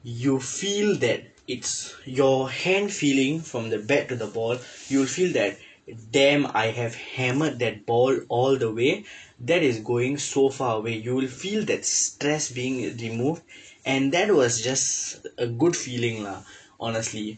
you feel that it's your hand feeling from the bat to the ball you will feel that damn I have hammered that ball all the way that is going so far away you'll feel that stress being removed and that was just a good feeling lah honestly